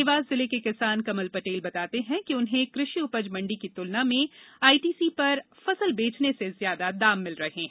देवास जिले के किसान कमल पटेल बताते हैं कि उन्हें कृषि उपज मंडी की त्लना में आईटीसी पर फसल बेचने से ज्यादा दाम मिल रहे हैं